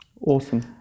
Awesome